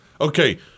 Okay